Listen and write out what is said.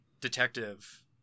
detective